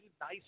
nice